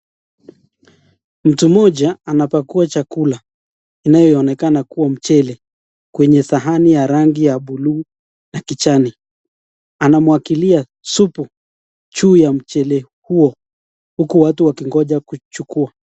Mtu mmoja anapakua chakula, inayoonekana kuwa mchele kwenye sahani ya rangi ya bluu na kijani. Anamwagilia supu juu ya mchele huo huko watu wakingoja kuchukua.